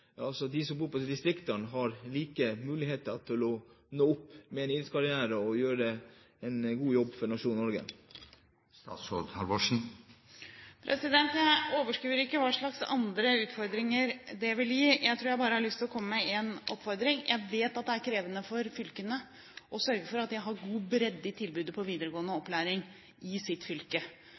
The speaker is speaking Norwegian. har like muligheter til å nå opp i en idrettskarriere og gjøre en god jobb for nasjonen Norge? Jeg overskuer ikke hva slags andre utfordringer det vil gi. Jeg tror bare jeg har lyst til å komme med én oppfordring. Jeg vet at det er krevende for fylkene å sørge for at de har god bredde i tilbudet på videregående opplæring i sitt fylke.